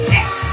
Yes